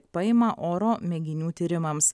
paima oro mėginių tyrimams